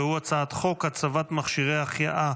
והוא הצעת חוק הצבת מכשירי החייאה